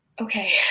Okay